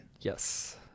Yes